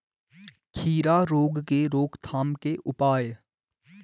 खीरा रोग के रोकथाम के उपाय?